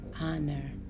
honor